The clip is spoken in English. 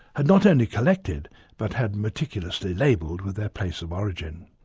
had not only collected but had meticulously labelled with their place of origin.